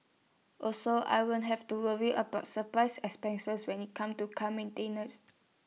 also I won't have to worry about surprise expenses when IT comes to car maintenance